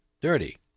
dirty